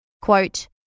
Quote